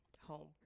home